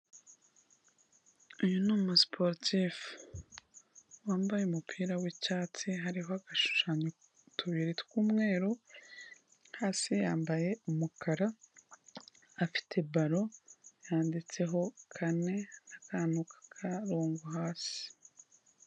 Uyu ni umusiporutifu, wambaye umupira w'icyatsi hariho agashushanyo tubiri tw'umweru, hasi yambaye umukara afite ballon yanditseho kane n'akantuka k'akarongo hasi.